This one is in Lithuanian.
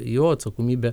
jo atsakomybė